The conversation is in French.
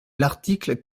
l’article